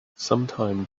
sometime